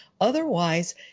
Otherwise